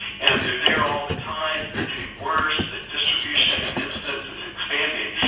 and they're they're all the time-they're getting worse, the distribution and incidence is expanding.